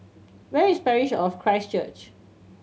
where is Parish of Christ Church